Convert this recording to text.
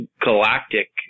galactic